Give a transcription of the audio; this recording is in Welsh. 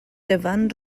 dyfan